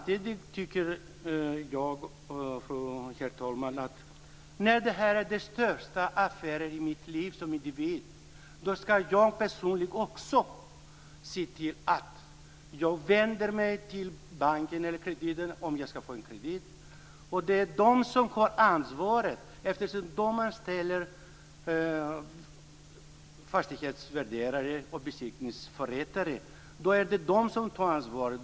Herr talman! Om det är den största affären i mitt liv ska jag också personligen se till att vända mig till banken eller kreditinstitutet om jag ska få en kredit. Det är de som har ansvaret, eftersom de anställer fastighetsvärderare och besiktningsförrättare. Då är det de som tar ansvaret.